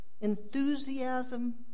enthusiasm